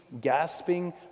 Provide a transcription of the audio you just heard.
gasping